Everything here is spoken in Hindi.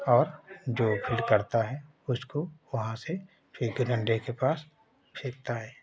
और जो फील्डि करता है उसको वहाँ से फ़िर से डंडे के पास फेंकता हैं